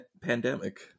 pandemic